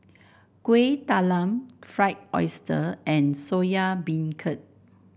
Kuih Talam Fried Oyster and Soya Beancurd